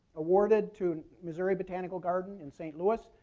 awarded to missouri botanical garden in st. louis.